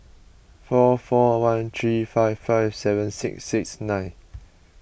four four one three five five seven six six nine